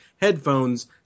headphones